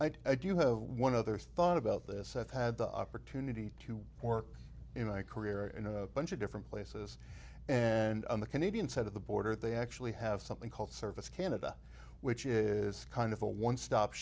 service i do have one other thought about this i've had the opportunity to work in a career in a bunch of different places and on the canadian side of the border they actually have something called service canada which is kind of a one stop